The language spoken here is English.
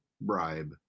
bribe